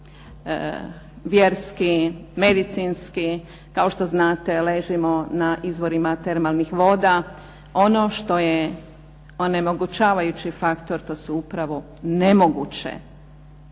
vjerski, medicinski. Kao što znate ležimo na izvorima termalnih voda. Ono što je onemogućavajući faktor to su upravo nemoguće